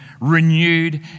renewed